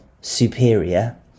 superior